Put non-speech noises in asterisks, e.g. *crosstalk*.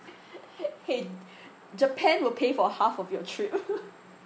*laughs* hey japan will pay for half of your trip *laughs*